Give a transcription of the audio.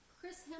Chris